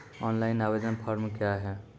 Online आवेदन form क्या हैं?